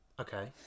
Okay